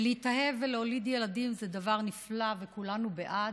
להתאהב ולהוליד ילדים זה דבר נפלא וכולנו בעד,